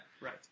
Right